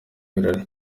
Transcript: birori